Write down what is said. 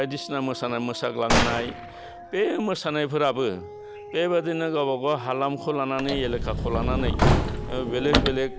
बायदिसिना मोसानाय मोसाग्लांनाय बे मोसानायफोराबो बेबादिनो गावबागाव हालामखौ लानानै एलेकाखौ लानानै बेलेक बेलेक